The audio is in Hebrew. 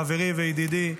חברי וידידי,